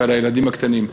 ובילדים הקטנים,